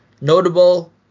Notable